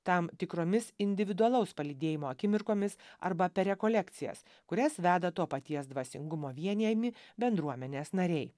tam tikromis individualaus palydėjimo akimirkomis arba per rekolekcijas kurias veda to paties dvasingumo vienijami bendruomenės nariai